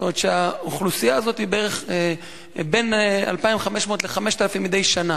זאת אומרת שהאוכלוסייה הזאת היא בין 2,500 ל-5,000 מדי שנה.